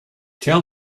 tell